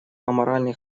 аморальный